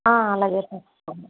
అలాగే